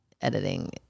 editing